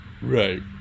Right